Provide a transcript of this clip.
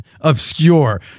obscure